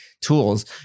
tools